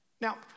Now